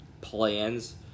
plans